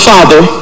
Father